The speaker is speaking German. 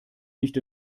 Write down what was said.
nicht